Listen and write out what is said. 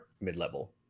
mid-level